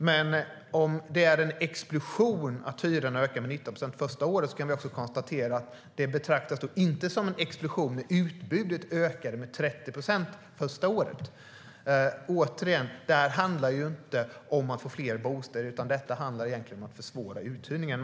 Men om det är en explosion att hyrorna ökade med 19 procent första året kan vi också konstatera att det inte betraktas som en explosion när utbudet ökade med 30 procent första året. Detta handlar inte om att få fler bostäder, utan detta handlar egentligen om att försvåra uthyrningen.